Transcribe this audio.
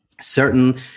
certain